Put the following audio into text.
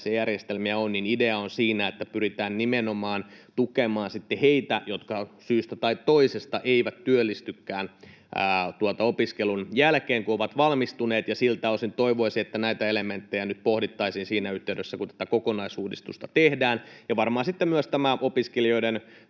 järjestelmiä on, idea on siinä, että pyritään nimenomaan tukemaan heitä, jotka syystä tai toisesta eivät työllistykään opiskelun jälkeen, kun ovat valmistuneet. Siltä osin toivoisin, että näitä elementtejä nyt pohdittaisiin siinä yhteydessä, kun tätä kokonaisuudistusta tehdään. Varmaan sitten myös tämä opiskelijoiden